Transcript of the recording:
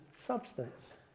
substance